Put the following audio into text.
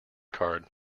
card